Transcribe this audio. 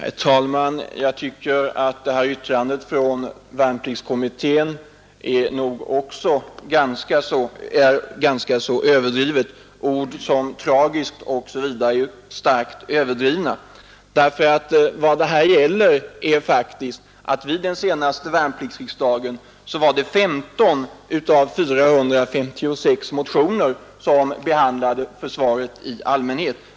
Herr talman! Jag tycker att detta yttrande från arbetsgruppen är nog så överdrivet. Ord som ”tragiskt” osv. är väl starka. Vid senaste värnpliktsriksdagen var det bara 15 av 456 motioner som behandlade försvaret i allmänhet.